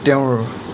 তেওঁৰ